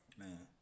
man